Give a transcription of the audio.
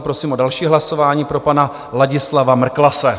Prosím o další hlasování pro pana Ladislava Mrklase.